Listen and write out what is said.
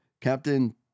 Captain